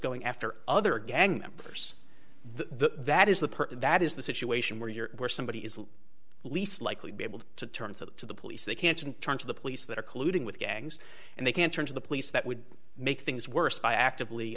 going after other gang members the that is the person that is the situation where you're where somebody is least likely to be able to turn to the to the police they can't and turn to the police that are colluding with gangs and they can turn to the police that would make things worse by actively